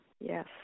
yes